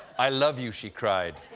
i love you she cried.